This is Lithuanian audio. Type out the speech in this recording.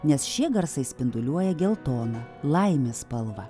nes šie garsai spinduliuoja geltoną laimės spalvą